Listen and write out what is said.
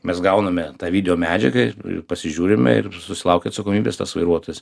mes gauname tą video medžiagą ir pasižiūrime ir susilaukia atsakomybės tas vairuotojas